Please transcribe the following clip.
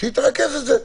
-- שהיא תרכז את זה.